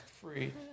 free